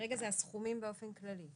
כרגע זה הסכומים באופן כללי.